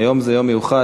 היום זה יום מיוחד.